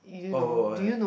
oh oh